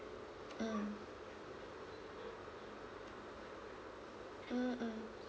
mm